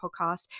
podcast